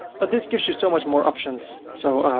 but this gives you so much more options. so, ah,